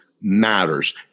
matters